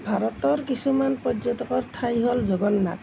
ভাৰতৰ কিছুমান পৰ্যটকৰ ঠাই হ'ল জগন্নাথ